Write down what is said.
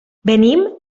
venim